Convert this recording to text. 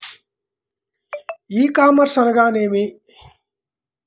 ఈ కామర్స్ అనగా నేమి?